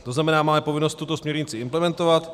To znamená, máme povinnost tuto směrnici implementovat.